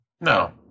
No